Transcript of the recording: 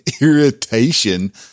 irritation